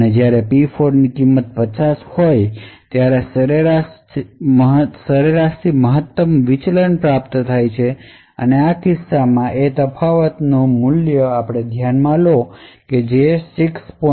અને જ્યારે P4 ની કિંમત 50 હોય ત્યારે આ ચોક્કસ સરેરાશથી મહત્તમ વિચલન પ્રાપ્ત થાય છે અને આ કિસ્સામાં આપણે તેના તફાવતનું સંપૂર્ણ મૂલ્ય ધ્યાનમાં લો અને તે 6